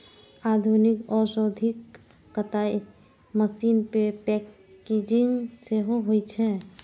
आधुनिक औद्योगिक कताइ मशीन मे पैकेजिंग सेहो होइ छै